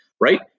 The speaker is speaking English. right